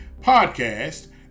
podcast